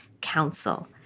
Council